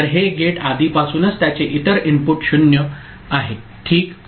तर हे गेट आधीपासूनच त्याचे इतर इनपुट 0 ठीक आहे